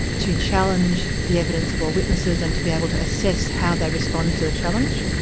to challenge the evidence of all witnesses and to be able to assess how they respond to the challenge.